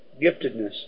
giftedness